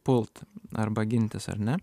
pulti arba gintis ar ne